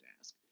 ask